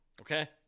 Okay